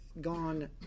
gone